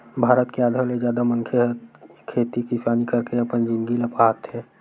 भारत के आधा ले जादा मनखे मन ह खेती किसानी करके अपन जिनगी ल पहाथे